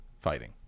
fighting